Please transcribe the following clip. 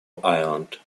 island